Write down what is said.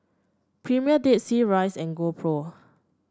Premier Dead Sea Royce and GoPro